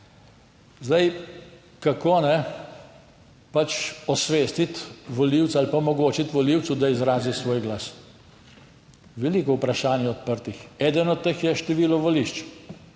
Zdaj, kako pač osvestiti volivce ali pa omogočiti volivcu, da izrazi svoj glas. Veliko vprašanj je odprtih. Eden od teh je število volišč.